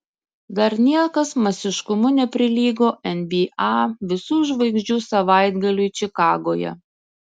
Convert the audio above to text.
dar niekas masiškumu neprilygo nba visų žvaigždžių savaitgaliui čikagoje